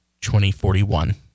2041